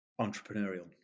entrepreneurial